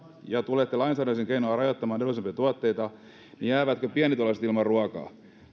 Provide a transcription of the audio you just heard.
ja tulette lainsäädännöllisin keinoin rajoittamaan edullisempia tuotteita niin jäävätkö pienituloiset ilman ruokaa